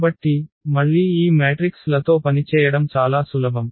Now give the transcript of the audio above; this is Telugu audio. కాబట్టి మళ్ళీ ఈ మ్యాట్రిక్స్ లతో పనిచేయడం చాలా సులభం